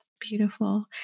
Beautiful